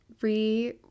re